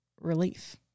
relief